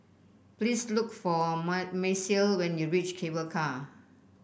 please look for Marcie when you reach Cable Car